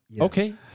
Okay